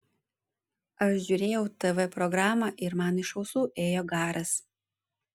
aš žiūrėjau tv programą ir man iš ausų ėjo garas